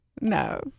No